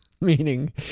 Meaning